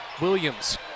Williams